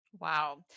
Wow